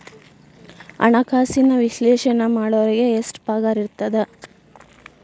ಹಣ್ಕಾಸಿನ ವಿಶ್ಲೇಷಣೆ ಮಾಡೋರಿಗೆ ಎಷ್ಟ್ ಪಗಾರಿರ್ತದ?